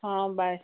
ହଁ ବାଏ